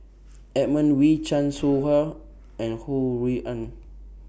Edmund Wee Chan Soh Ha and Ho Rui An